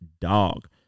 Dog